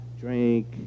drink